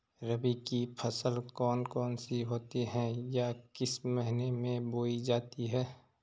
रबी की फसल कौन कौन सी होती हैं या किस महीने में बोई जाती हैं?